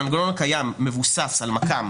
המנגנון הקיים מבוסס על מק"מ,